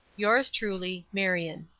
yours truly, marion.